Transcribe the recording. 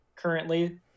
Currently